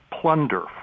plunder